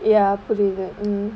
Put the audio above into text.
ya புரீது:pureethu mm